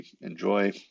enjoy